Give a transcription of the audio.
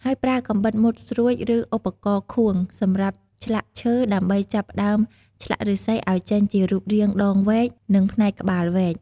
ហើយប្រើកាំបិតមុតស្រួច ឬឧបករណ៍ខួងសម្រាប់ឆ្លាក់ឈើដើម្បីចាប់ផ្តើមឆ្លាក់ឫស្សីឱ្យចេញជារូបរាងដងវែក និងផ្នែកក្បាលវែក។